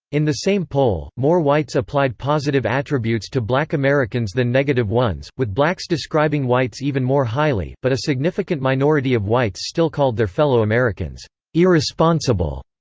in the same poll, more whites applied positive attributes to black americans than negative ones, with blacks describing whites even more highly, but a significant minority of whites still called their fellow americans irresponsible,